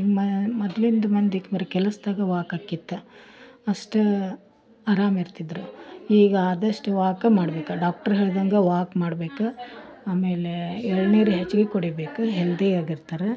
ಇನ್ ಮ ಮೊದ್ಲಿಂದ ಮಂದಿ ಅವರ ಕೆಲಸದಾಗ ವಾಕಾಕ್ಕಿತ್ತ ಅಷ್ಟು ಅರಾಮ್ ಇರ್ತಿದ್ದರು ಈಗ ಆದಷ್ಟು ವಾಕ ಮಾಡ್ಬೇಕು ಡಾಕ್ಟ್ರು ಹೇಳ್ದಂಗೆ ವಾಕ್ ಮಾಡಬೇಕು ಆಮೇಲೆ ಎಳನೀರು ಹೆಚ್ಚಿಗೆ ಕುಡಿಬೇಕು ಹೆಲ್ದಿ ಆಗಿರ್ತಾರೆ